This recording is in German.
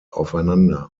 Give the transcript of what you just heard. aufeinander